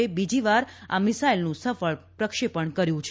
એ બીજીવાર આ મિસાઈલનું સફળ પરીક્ષણ કર્યું છે